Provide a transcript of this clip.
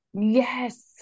Yes